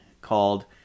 called